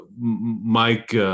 Mike